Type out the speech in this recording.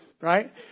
right